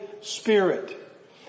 Spirit